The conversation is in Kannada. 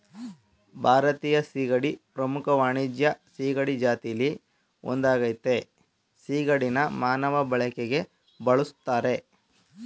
ಭಾರತೀಯ ಸೀಗಡಿ ಪ್ರಮುಖ ವಾಣಿಜ್ಯ ಸೀಗಡಿ ಜಾತಿಲಿ ಒಂದಾಗಯ್ತೆ ಸಿಗಡಿನ ಮಾನವ ಬಳಕೆಗೆ ಬಳುಸ್ತರೆ